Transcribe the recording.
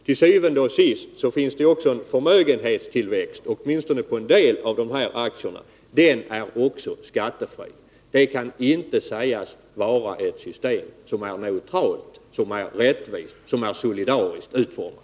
Til syvende og sidst blir det också en förmögenhetstillväxt, åtminstone när det gäller en del av de här aktierna. Den är också skattefri. Detta kan inte sägas vara ett system som är neutralt, rättvist och solidariskt utformat.